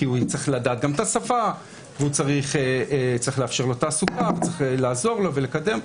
כי הוא צריך לדעת גם את השפה וצריך לאפשר לו תעסוקה ולעזור לו ולקדם,